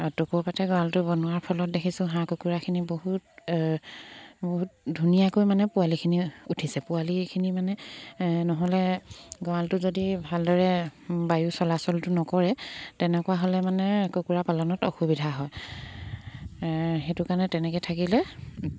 টকৌ পাতে গঁৰালটো বনোৱাৰ ফলত দেখিছোঁ হাঁহ কুকুৰাখিনি বহুত বহুত ধুনীয়াকৈ মানে পোৱালিখিনি উঠিছে পোৱালিখিনি মানে নহ'লে গঁৰালটো যদি ভালদৰে বায়ু চলাচলটো নকৰে তেনেকুৱা হ'লে মানে কুকুৰা পালনত অসুবিধা হয় সেইটো কাৰণে তেনেকৈ থাকিলে